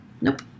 nope